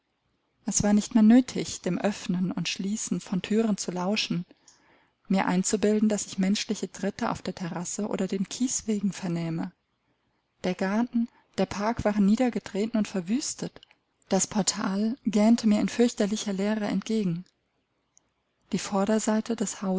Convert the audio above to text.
es war nicht mehr nötig dem öffnen und schließen von thüren zu lauschen mir einzubilden daß ich menschliche tritte auf der terrasse oder den kieswegen vernähme der garten der park waren niedergetreten und verwüstet das portal gähnte mir in fürchterlicher leere entgegen die vorderseite